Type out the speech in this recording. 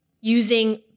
using